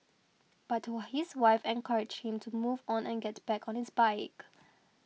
but his wife encouraged him to move on and get back on his bike